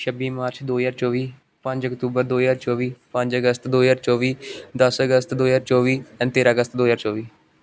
ਛੱਬੀ ਮਾਰਚ ਦੋ ਹਜ਼ਾਰ ਚੌਵੀ ਪੰਜ ਅਕਤੂਬਰ ਦੋ ਹਜ਼ਾਰ ਚੌਵੀ ਪੰਜ ਅਗਸਤ ਦੋ ਹਜ਼ਾਰ ਚੌਵੀ ਦਸ ਅਗਸਤ ਦੋ ਹਜ਼ਾਰ ਚੌਵੀ ਐਂਡ ਤੇਰ੍ਹਾਂ ਅਗਸਤ ਦੋ ਹਜ਼ਾਰ ਚੌਵੀ